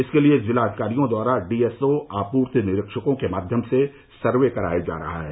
इसके लिए जिलाधिकारियों द्वारा डीएसओ आपूर्ति निरीक्षकों के माध्यम से सर्वे कराया जा रहा है